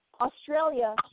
Australia